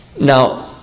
Now